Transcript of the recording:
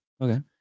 Okay